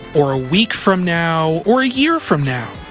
or a week from now, or a year from now.